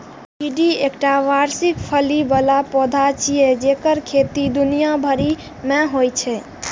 भिंडी एकटा वार्षिक फली बला पौधा छियै जेकर खेती दुनिया भरि मे होइ छै